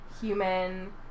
human